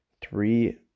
three